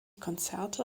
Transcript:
konzerte